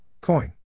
Coin